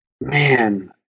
man